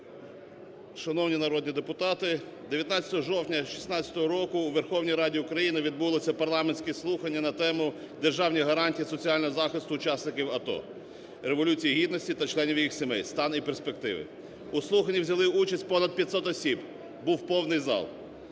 Шановні народні депутати, 19 жовтня 2016 року у Верховній Раді Україні відбулися парламентські слухання на тему: "Державні гарантії соціального захисту учасників АТО, Революції Гідності та членів їх родин: стан і перспективи". У слуханнях взяли участь понад 500 осіб, був повний зал,